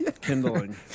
Kindling